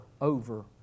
over